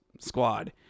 squad